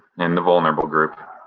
and the vulnerable group.